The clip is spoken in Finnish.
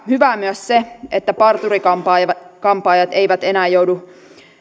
hyvää myös se että parturi kampaajat kampaajat eivät enää joudu